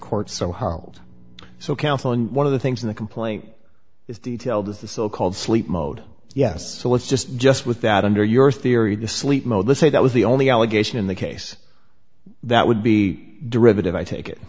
court so harald so counseling one of the things in the complaint is detailed is the so called sleep mode yes so let's just just with that under your theory to sleep mode to say that was the only allegation in the case that would be derivative i take it